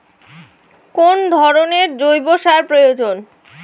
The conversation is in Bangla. কোন ধরণের জৈব সার প্রয়োজন?